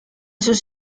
sus